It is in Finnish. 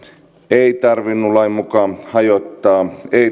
ei tarvinnut lain mukaan hajottaa ei